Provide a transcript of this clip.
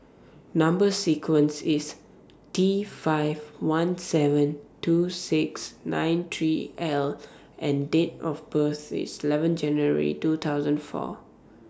Number sequence IS T five one seven two six nine three L and Date of birth IS eleven January two thousand four